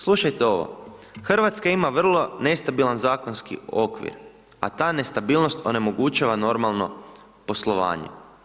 Slušajte ovo, Hrvatska ima vrlo nestabilan zakonski okvir, a ta nestabilnost onemogućava normalno poslovanje.